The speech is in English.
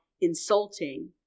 insulting